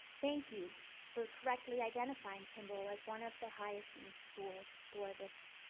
thank you for correctly identifying kimball as one of the highest needs schools for this